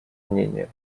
мнение